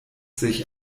sich